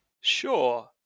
sure